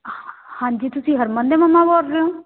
ਹਾਂਜੀ ਤੁਸੀਂ ਹਰਮਨ ਦੇ ਮੰਮਾ ਬੋਲ ਰਹੇ ਹੋ